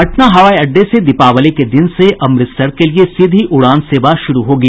पटना हवाई अड्डे से दीपावली के दिन से अमृतसर के लिए सीधी उड़ान सेवा शुरू होगी